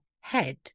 head